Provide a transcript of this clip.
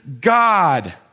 God